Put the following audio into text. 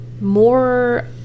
more